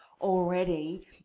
Already